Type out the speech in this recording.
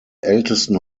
ältesten